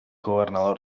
gobernador